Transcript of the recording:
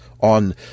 on